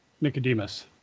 Nicodemus